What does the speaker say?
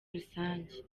rusange